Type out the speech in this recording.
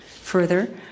Further